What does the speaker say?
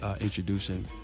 introducing